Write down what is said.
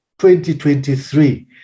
2023